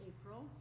April